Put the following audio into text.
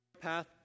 path